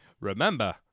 Remember